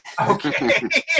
Okay